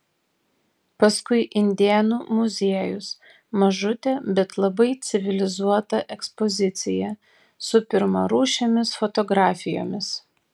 paskui indėnų muziejus mažutė bet labai civilizuota ekspozicija su pirmarūšėmis fotografijomis